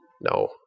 No